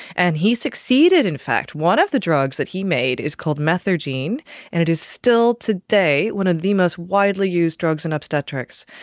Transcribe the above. and he succeeded in fact. one of the drugs that he made is called methergine and it is still today one of the most widely used drugs in obstetrics.